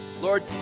Lord